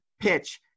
PITCH